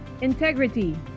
integrity